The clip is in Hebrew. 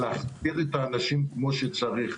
צריך להכשיר את האנשים כמו שצריך,